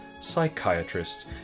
psychiatrists